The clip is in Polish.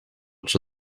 czy